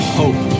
hope